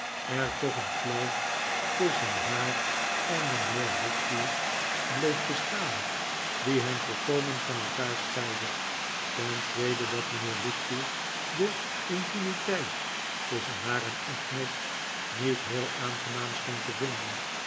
er toch een kloof tusschen haar en mijnheer wickfield bleef bestaan die hen volkomen van elkaar scheidde ten tweede dat mijnheer wickfield de intimiteit tusschen haar en agnes niet heel aangenaam scheen te vinden